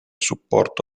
supporto